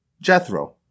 Jethro